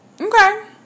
Okay